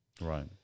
Right